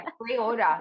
pre-order